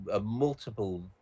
multiple